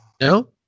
no